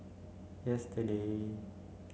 yesterday